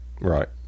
Right